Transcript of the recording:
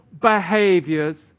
behaviors